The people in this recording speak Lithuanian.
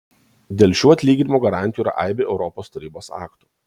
dėl šių atlyginimų garantijų yra aibė europos tarybos aktų